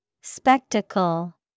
Spectacle